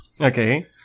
okay